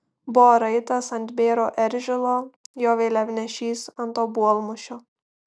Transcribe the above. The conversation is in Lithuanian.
buvo raitas ant bėro eržilo jo vėliavnešys ant obuolmušio